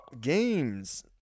games